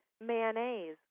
mayonnaise